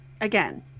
again